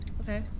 Okay